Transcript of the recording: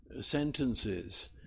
sentences